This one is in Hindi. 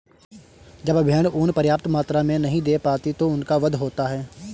जब भेड़ ऊँन पर्याप्त मात्रा में नहीं दे पाती तो उनका वध होता है